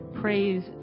praise